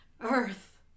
earth